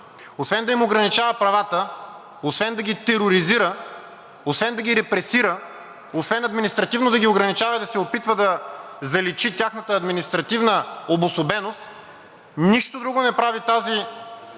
Освен да им ограничава правата, освен да ги тероризира, освен да ги репресира, освен административно да ги ограничава и да се опитва да заличи тяхната административна обособеност, нищо друго не прави тази